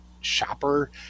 shopper